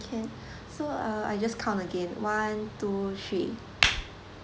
can so uh I just count again one two three